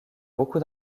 beaucoup